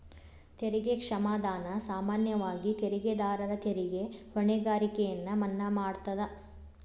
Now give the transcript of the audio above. ತೆರಿಗೆ ಕ್ಷಮಾದಾನ ಸಾಮಾನ್ಯವಾಗಿ ತೆರಿಗೆದಾರರ ತೆರಿಗೆ ಹೊಣೆಗಾರಿಕೆಯನ್ನ ಮನ್ನಾ ಮಾಡತದ